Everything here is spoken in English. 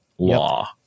law